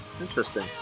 Interesting